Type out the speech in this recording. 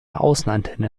außenantenne